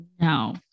No